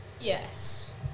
Yes